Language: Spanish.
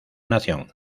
nación